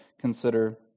consider